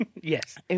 Yes